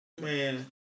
Man